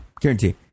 Guarantee